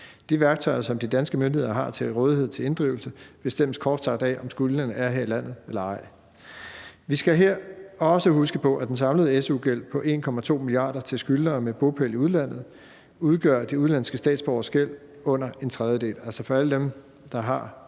De værktøjer, som de danske myndigheder har til rådighed til inddrivelse, bestemmes kort sagt af, om skyldneren er her i landet eller ej. Vi skal her også huske på, at af den samlede su-gæld på 1,2 mia. kr. hos skyldnere med bopæl i udlandet udgør de udenlandske statsborgeres gæld under en tredjedel.